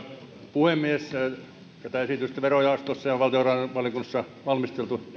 puhemies tätä esitystä verojaostossa ja ja valtiovarainvaliokunnassa on valmisteltu